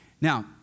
Now